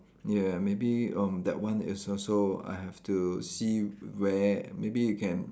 ya maybe um that one is also I have to see where maybe you can